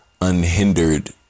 unhindered